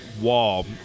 wall